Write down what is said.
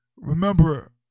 Remember